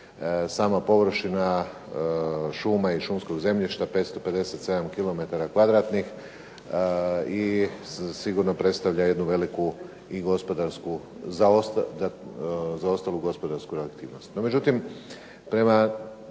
sama površina šuma i šumskog zemljišta 557 kilometara kvadratnih i sigurno predstavlja jednu veliku i zaostalu gospodarsku reaktivnost.